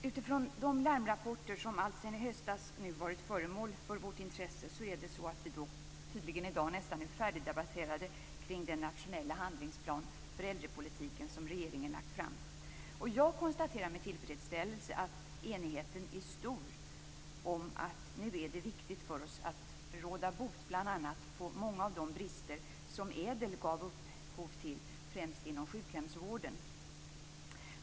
Utifrån de larmrapporter som alltsedan nu i höstas varit föremål för vårt intresse är vi i dag nästan färdigdebatterade kring den nationella handlingsplan för äldrepolitiken som regeringen har lagt fram. Jag konstaterar med tillfredsställelse att enigheten är stor om att det nu är viktigt för oss att råda bot bl.a. på många av de brister som ädel gav upphov till, främst inom sjukhemsvården.